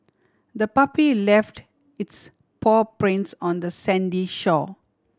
the puppy left its paw prints on the sandy shore